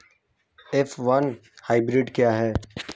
F one hybrid क्या है?